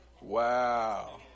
Wow